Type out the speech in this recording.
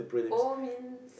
O means